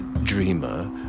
Dreamer